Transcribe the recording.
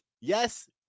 yes